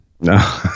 No